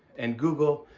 and, google,